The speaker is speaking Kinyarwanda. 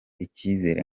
icyizere